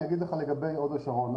אני אומר לך לגבי הוד השרון.